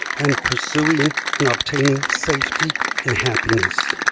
and pursuing and obtaining safety and happiness.